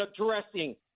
addressing